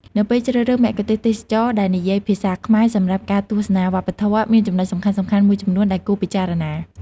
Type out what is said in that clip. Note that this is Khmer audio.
នៅពេលជ្រើសរើសមគ្គុទ្ទេសក៍ទេសចរណ៍ដែលនិយាយភាសាខ្មែរសម្រាប់ការទស្សនាវប្បធម៌ មានចំណុចសំខាន់ៗមួយចំនួនដែលគួរពិចារណា។